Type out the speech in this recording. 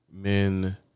men